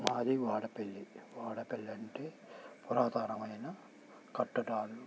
మాది వాడపల్లి వాడపల్లంటే పురాతనమైన కట్టడాలు